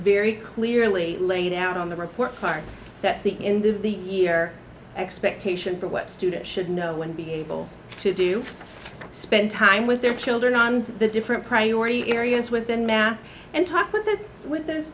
very clearly laid out on the report card that's the in the year expectation for what students should know when to be able to do spend time with their children on the different priority areas within math and talk with their with th